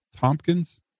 Tompkins